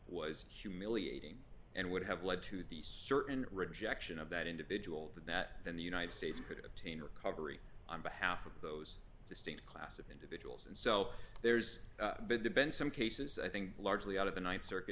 was humiliating and would have led to the certain rejection of that individual that that then the united states could obtain recovery on behalf of those the state class of individuals and so there's been some cases i think largely out of the th circuit